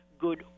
good